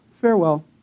Farewell